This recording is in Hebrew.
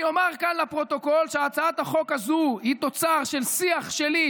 אני אומר כאן לפרוטוקול שהצעת החוק הזו היא תוצר של שיח שלי